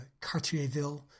Cartierville